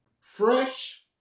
Fresh